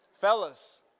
Fellas